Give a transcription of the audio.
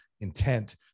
intent